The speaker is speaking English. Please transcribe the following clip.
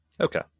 Okay